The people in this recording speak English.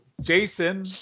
Jason